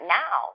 now